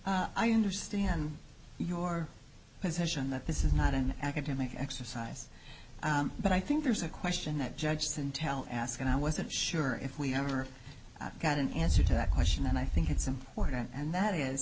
trial i understand your position that this is not an academic exercise but i think there's a question that judge didn't tell ask and i wasn't sure if we ever got an answer to that question and i think it's important and that is